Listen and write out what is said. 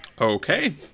okay